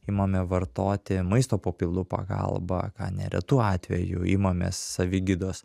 imame vartoti maisto papildų pagalba ką neretu atveju imamės savigydos